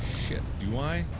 shit, do i,